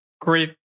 Great